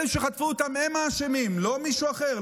אלה שחטפו אותם הם האשמים, לא מישהו אחר.